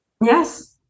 Yes